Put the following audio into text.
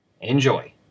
Enjoy